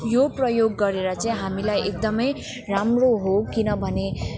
यो प्रयोग गरेर चाहिँ हामीलाई एकदमै राम्रो हो किनभने